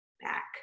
back